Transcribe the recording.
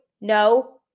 No